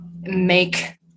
make